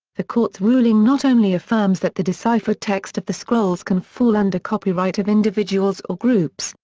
the courts ruling not only affirms that the deciphered text of the scrolls can fall under copyright of individuals or groups,